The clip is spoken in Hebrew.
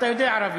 אתה יודע ערבית,